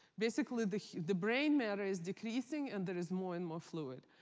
basically, the the brain matter is decreasing, and there is more and more fluid.